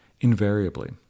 Invariably